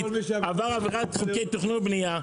עבר עבירת חוקי תכנון ובנייה,